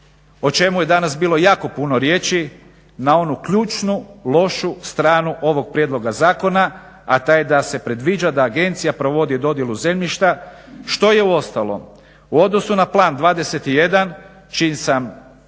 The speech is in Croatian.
o čemu je danas bilo jako puno riječi na onu ključnu, lošu stranu ovog prijedloga zakona, a taj je da se predviđa da agencija provodi dodjelu zemljišta što je u ostalom u odnosu na Plan 21 čiji sam